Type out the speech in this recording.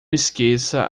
esqueça